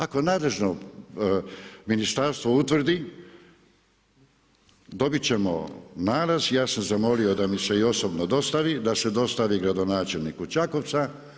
Ako nadležno ministarstvo utvrdi dobiti ćemo nalaz i ja sam zamolio da mi se i osobno dostavi, da se dostavi gradonačelniku Čakovca.